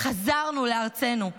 נשרפו ונרצחו, חזרנו לארצנו,